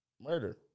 murder